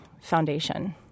foundation